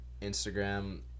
Instagram